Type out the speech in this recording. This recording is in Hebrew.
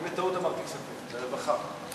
אני בטעות אמרתי, זה רווחה.